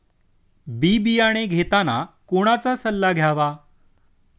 बी बियाणे घेताना कोणाचा सल्ला घ्यावा?